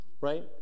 Right